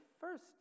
first